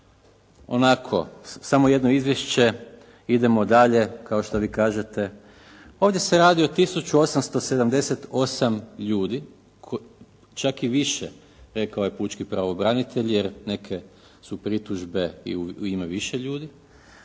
onako samo jedno izvješće i idemo dalje kao što vi kažete. Ovdje se radi o 1878 ljudi, čak i više rekao je pučki pravobranitelj jer neke su pritužbe i u ime više ljudi.